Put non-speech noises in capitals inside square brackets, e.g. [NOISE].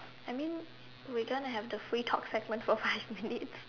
I mean we gonna have the free talk segment for five minutes [LAUGHS]